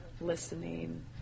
listening